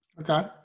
Okay